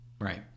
Right